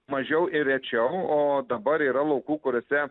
mažiau ir rečiau o dabar yra laukų kuriuose